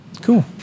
cool